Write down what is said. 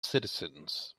citizens